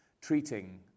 treating